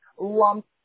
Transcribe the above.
lump